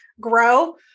grow